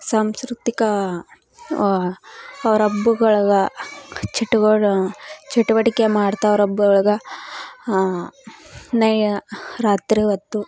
ಸಾಂಸ್ಕೃತಿಕ ಅವ್ರ ಹಬ್ಬಗಳ್ಗ ಚಟುಗೋಡ ಚಟುವಟಿಕೆ ಮಾಡ್ತ ಅವ್ರ ಹಬ್ ಒಳ್ಗೆ ಹಾಂ ನೈಯ ರಾತ್ರಿ ಹೊತ್ತು